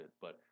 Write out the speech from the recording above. but-